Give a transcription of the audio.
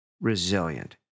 Resilient